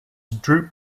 droop